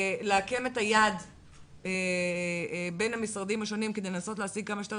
ועיקום ידיים בין המשרדים השונים כדי לנסות להשיג כמה שיותר